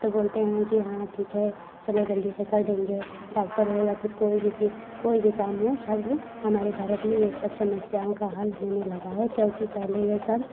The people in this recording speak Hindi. तो बोलते हैं कि हाँ ठीक है चलो जल्दी से कर देंगे डाक्टर हो या फिर कोई चीज कोई भी काम हो सब हो हमारे भारत में ये सब समस्याओं का हल होने लगा है क्योंकि पहले ये सब